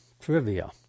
trivia